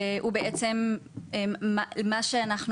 הוא בעצם מה שאנחנו